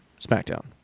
SmackDown